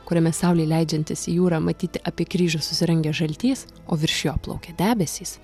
kuriame saulei leidžiantis į jūrą matyti apie kryžių susirangęs žaltys o virš jo plaukia debesys